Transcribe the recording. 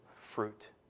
fruit